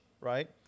Right